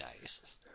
nice